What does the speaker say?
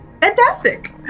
Fantastic